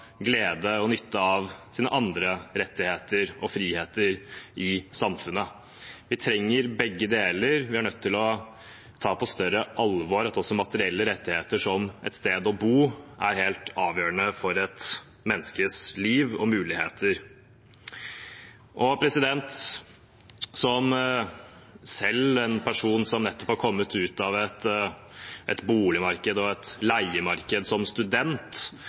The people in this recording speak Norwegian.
glede og nytte av sine andre rettigheter og friheter i samfunnet. Vi trenger begge deler. Vi er nødt til å ta på større alvor at materielle rettigheter, som et sted å bo, er helt avgjørende for et menneskes liv og muligheter. Som en person som selv nettopp har kommet ut av et boligmarked og leiemarked som student,